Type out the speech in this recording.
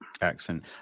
excellent